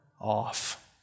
off